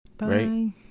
right